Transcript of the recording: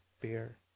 beer